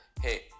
hey